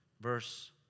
Verse